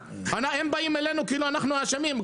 הם באים אלינו כאילו אנחנו אשמים.